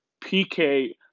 PK